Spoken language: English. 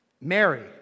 Mary